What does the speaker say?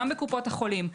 גם בקופות החולים.